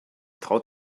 traut